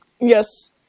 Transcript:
Yes